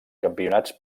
campionats